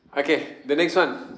okay the next one